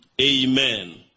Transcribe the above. Amen